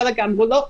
לחלק אמרו לא.